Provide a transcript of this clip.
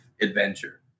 adventure